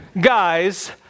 guys